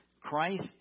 Christ